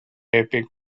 epic